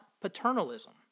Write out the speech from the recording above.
paternalism